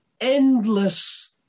endless